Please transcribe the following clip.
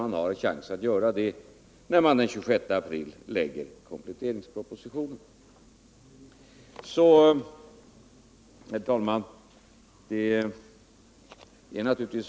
Man har chans att göra det när man den 26 april lägger fram kompletteringspropositionen. Herr talman!